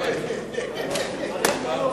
שמענו.